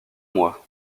mois